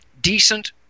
decent